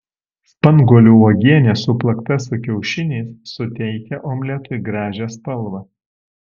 spanguolių uogienė suplakta su kiaušiniais suteikia omletui gražią spalvą